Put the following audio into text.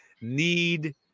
need